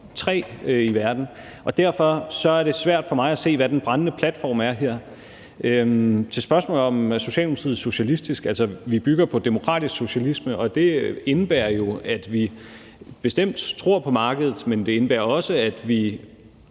tre i verden. Derfor er det svært for mig at se, hvad den brændende platform er her. Til spørgsmålet om, om Socialdemokratiet er socialistisk, vil jeg sige, at vi bygger på demokratisk socialisme. Det indebærer jo, at vi bestemt tror på markedet, men det indebærer også, at vi